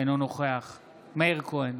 אינו נוכח מאיר כהן,